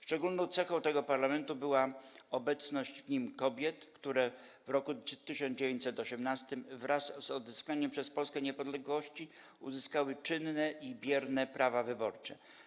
Szczególną cechą tego parlamentu była obecność w nim kobiet, które w roku 1918, wraz z odzyskaniem przez Polskę niepodległości, uzyskały czynne i bierne prawa wyborcze.